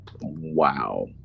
Wow